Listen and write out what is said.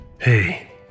Hey